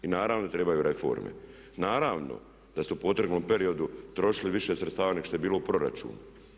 I naravno da trebaju reforme, naravno da ste u potrebnom periodu trošili više sredstava nego što je bilo u proračunu.